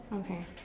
okay